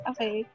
Okay